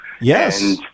Yes